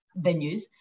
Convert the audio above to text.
venues